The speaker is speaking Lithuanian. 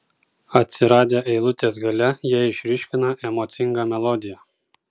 atsiradę eilutės gale jie išryškina emocingą melodiją